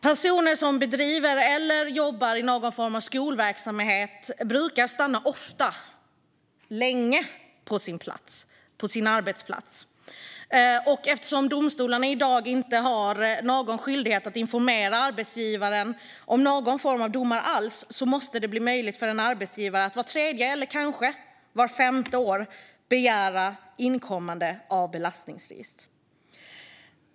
Personer som bedriver eller jobbar i någon form av skolverksamhet brukar ofta stanna länge på sin arbetsplats, och eftersom domstolarna i dag inte har någon skyldighet att informera arbetsgivaren om några domar alls måste det bli möjligt för en arbetsgivare att vart tredje eller kanske vart femte år begära utdrag ur belastningsregistret.